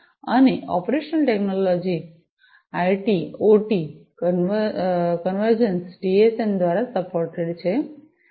અને operational technology IT OT કન્વર્જન્સન TSN દ્વારા સપોર્ટેડ છે